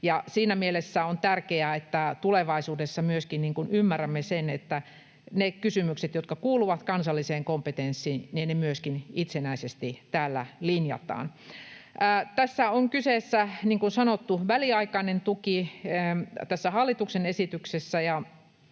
Siinä mielessä on tärkeää, että tulevaisuudessa ymmärrämme sen, että ne kysymykset, jotka kuuluvat kansalliseen kompetenssiin, myöskin itsenäisesti täällä linjataan. Niin kuin sanottu, tässä hallituksen esityksessä